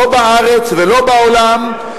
לא בארץ ולא בעולם,